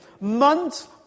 months